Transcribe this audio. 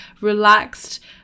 relaxed